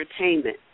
entertainment